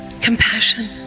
Compassion